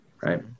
Right